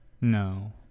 no